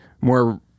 more